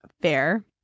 fair